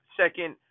second